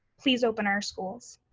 please open our schools.